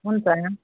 हुन्छ